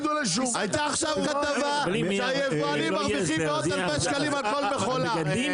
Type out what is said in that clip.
הייתה עכשיו כתבה שהיבואנים מרוויחים מאות אלפי שקלים על כל מכולה.